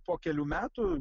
po kelių metų